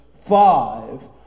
five